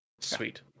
Sweet